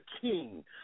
King